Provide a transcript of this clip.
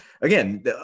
again